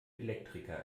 elektriker